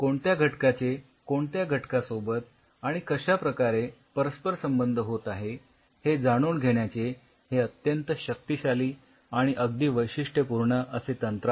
कोणत्या घटकाचे कोणत्या घटकासोबत आणि कश्या प्रकारे परस्पर संबंध होत आहे हे जाणून घेण्याचे हे अत्यंत शक्तिशाली आणि अगदी वैशिष्ठ्यपूर्ण असे तंत्र आहे